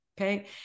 Okay